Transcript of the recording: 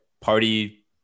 party